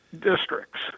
districts